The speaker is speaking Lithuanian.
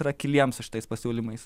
ir akyliem su šitais pasiūlymais